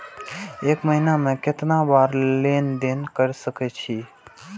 एक महीना में केतना बार लेन देन कर सके छी?